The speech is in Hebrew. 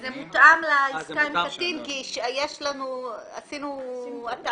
זה מותאם לעסקה עם קטין כי עשינו התאמה.